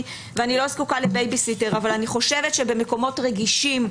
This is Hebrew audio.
ואני לא זקוקה לבייביסיטר אבל אני חושבת שבמקומות רגישים,